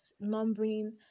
numbering